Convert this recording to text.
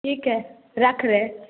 ठीक है रख रहे